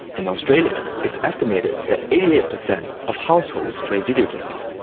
in australia it's estimated that eighty eight percent of households play videogames.